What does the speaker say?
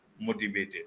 motivated